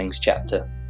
chapter